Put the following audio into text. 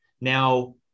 Now